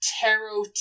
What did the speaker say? tarot